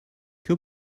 que